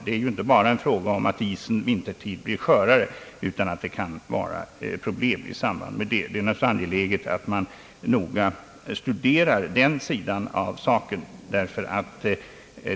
Det är inte bara en fråga om att isen vintertid blir skörare, utan det kan uppstå andra problem i samband med utsläppet av varmvatten. Det är angeläget att man noga studerar den sidan av saken.